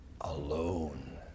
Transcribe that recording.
alone